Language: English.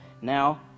Now